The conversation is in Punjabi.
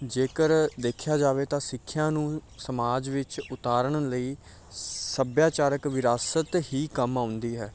ਜੇਕਰ ਦੇਖਿਆ ਜਾਵੇ ਤਾਂ ਸਿੱਖਿਆ ਨੂੰ ਸਮਾਜ ਵਿੱਚ ਉਤਾਰਨ ਲਈ ਸੱਭਿਆਚਾਰਿਕ ਵਿਰਾਸਤ ਹੀ ਕੰਮ ਆਉਂਦੀ ਹੈ